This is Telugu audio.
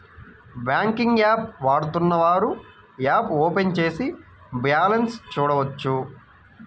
బ్యాంకింగ్ యాప్ వాడుతున్నవారు యాప్ ఓపెన్ చేసి బ్యాలెన్స్ చూడొచ్చు